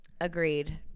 agreed